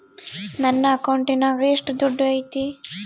ನನ್ನ ಅಕೌಂಟಿನಾಗ ಎಷ್ಟು ದುಡ್ಡು ಐತಿ?